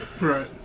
Right